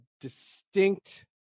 distinct